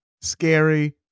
scary